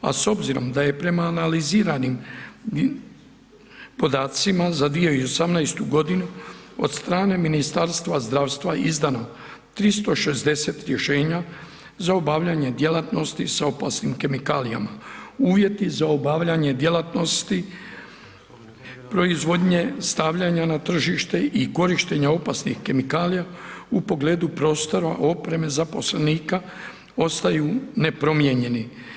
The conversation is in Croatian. A s obzirom da je prema analiziranim podacima za 2018.g. od strane Ministarstva zdravstva izdano 360 rješenja za obavljanje djelatnosti sa opasnim kemikalijama uvjeti za obavljanje djelatnosti proizvodnje stavljanja na tržište i korištenja opasnih kemikalija u pogledu prostora i opreme zaposlenika ostaju nepromijenjeni.